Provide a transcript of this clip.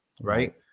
right